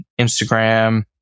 Instagram